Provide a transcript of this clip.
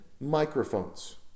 microphones